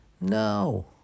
No